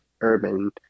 urban